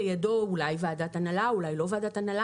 לידו אולי ועדת הנהלה ואולי לא ועדת הנהלה